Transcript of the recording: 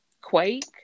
Quake